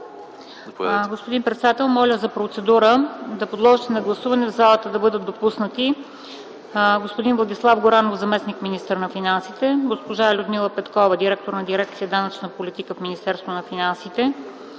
Господин председател, моля за процедура – да подложите на гласуване в залата да бъдат допуснати: господин Владислав Горанов – заместник-министър на финансите, госпожа Людмила Петкова – директор на дирекция „Данъчна политика” в Министерството на финансите,